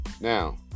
Now